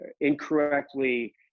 incorrectly